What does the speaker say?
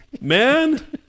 man